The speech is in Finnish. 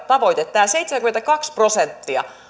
tavoite tämä seitsemänkymmentäkaksi prosenttia